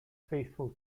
faithful